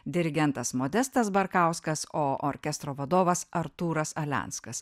dirigentas modestas barkauskas o orkestro vadovas artūras alenskas